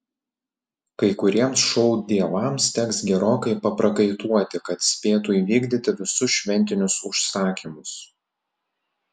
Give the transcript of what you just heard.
kai kuriems šou dievams teks gerokai paprakaituoti kad spėtų įvykdyti visus šventinius užsakymus